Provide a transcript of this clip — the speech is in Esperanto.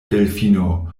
delfino